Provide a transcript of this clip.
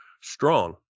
strong